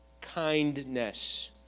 kindness